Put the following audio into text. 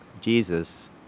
Jesus